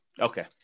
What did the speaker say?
Okay